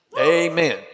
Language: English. Amen